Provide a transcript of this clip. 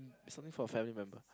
something for a family member